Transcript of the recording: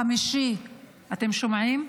החמישי, אתם שומעים?